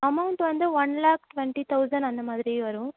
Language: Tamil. அமௌண்ட் வந்து ஒன் லேக் ட்வெண்ட்டி தௌசண்ட் அந்த மாதிரி வரும்